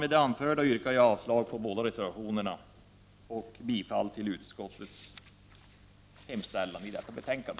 Med det anförda yrkar jag avslag på båda reservationerna och bifall till utskottets hemställan i detta betänkande.